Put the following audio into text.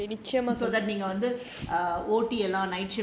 அதுக்கு அப்புறம் நீங்க:athuku appuram neenga business நீங்க வந்து:neenga vanthu